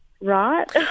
right